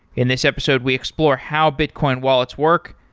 in this episode we explore how bitcoin wallets work,